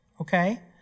Okay